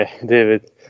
David